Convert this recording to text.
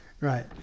Right